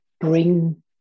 bring